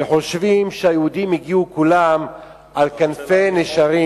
וחושבים שהיהודים הגיעו כולם על כנפי נשרים